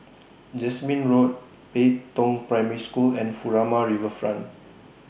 Jasmine Road Pei Tong Primary School and Furama Riverfront